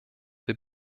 wir